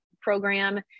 program